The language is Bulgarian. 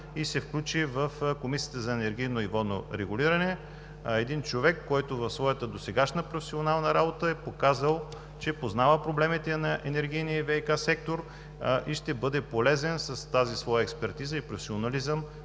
и се включи в Комисията за енергийно и водно регулиране. Един човек, който в своята досегашна професионална работа е показал, че познава проблемите на енергийния и ВиК сектор и ще бъде полезен с тази своя експертиза и професионализъм